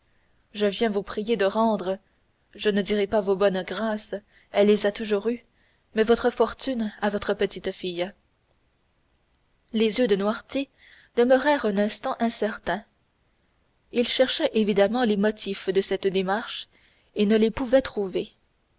je viens vous prier de rendre je ne dirai pas vos bonnes grâces elle les a toujours eues mais votre fortune à votre petite-fille les yeux de noirtier demeurèrent un instant incertains il cherchait évidemment les motifs de cette démarche et ne les pouvait trouver